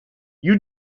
you